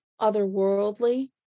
otherworldly